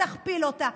תכפיל אותה.